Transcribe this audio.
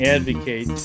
Advocate